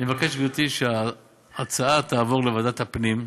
אני מבקש, גברתי, שההצעה תועבר לוועדת הפנים,